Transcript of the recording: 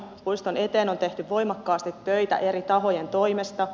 puiston eteen on tehty voimakkaasti töitä eri tahojen toimesta